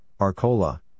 Arcola